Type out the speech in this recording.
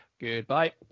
Goodbye